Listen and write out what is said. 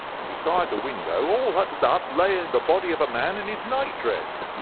and beside the window, all huddled up, lay and the body of a man in his nightdress.